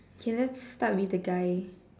can I start with the guy